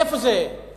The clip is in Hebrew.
איפה זה נמצא?